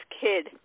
kid